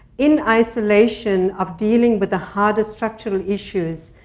in isolation of dealing with the harder structural issues,